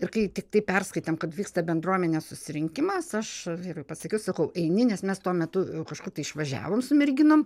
ir kai tiktai perskaitėm kad vyksta bendruomenės susirinkimas aš vyrui pasakiau sakau eini nes mes tuo metu kažkaip tai išvažiavom su merginom